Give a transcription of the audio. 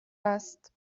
هست